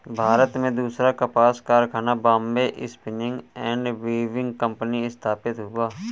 भारत में दूसरा कपास कारखाना Bombay spinning and weaving company स्थापित हुआ